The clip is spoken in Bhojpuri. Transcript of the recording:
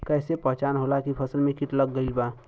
कैसे पहचान होला की फसल में कीट लग गईल बा?